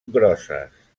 grosses